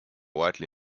widely